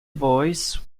voice